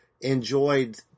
enjoyed